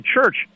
church